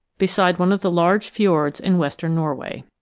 beside one of the large fjords in western norway.